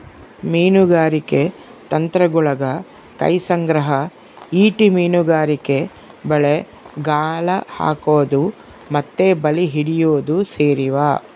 ಮೀನುಗಾರಿಕೆ ತಂತ್ರಗುಳಗ ಕೈ ಸಂಗ್ರಹ, ಈಟಿ ಮೀನುಗಾರಿಕೆ, ಬಲೆ, ಗಾಳ ಹಾಕೊದು ಮತ್ತೆ ಬಲೆ ಹಿಡಿಯೊದು ಸೇರಿವ